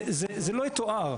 זה לא יתואר.